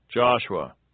Joshua